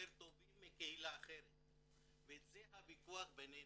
טובים מקהילה אחרת וזה הוויכוח בינינו.